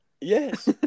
Yes